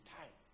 time